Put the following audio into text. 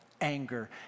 anger